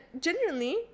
genuinely